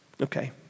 okay